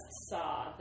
saw